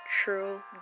true